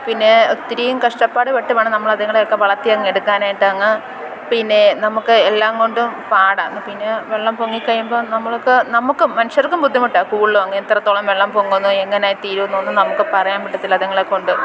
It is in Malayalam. പിന്നെ ഒത്തിരിയും കഷ്ടപ്പാട് പെട്ടുവേണം നമ്മൾ അത്ങ്ങളെയൊക്കെ വളര്ത്തിയങ് എടുക്കാനായിട്ട് അങ്ങ് പിന്നെ നമുക്ക് എല്ലാംകൊണ്ടും പാടാണ് പിന്നെ വെള്ളംപൊങ്ങി കഴിയുമ്പം നമ്മൾക്ക് നമുക്കും മനുഷ്യര്ക്കും ബുദ്ധിമുട്ടാ കൂടുതലും അങ്ങനെ എത്രത്തോളം വെള്ളം പൊങ്ങുന്നു എങ്ങനെയായി തീരുമെന്നൊന്നും നമുക്ക് പറയാന് പറ്റത്തില്ല അതുങ്ങളെക്കൊണ്ട്